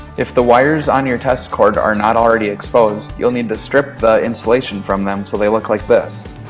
if the wires are your test cord are not already exposed you will need to strip the insulation from them so they look like this.